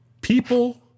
People